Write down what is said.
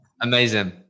Amazing